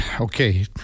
Okay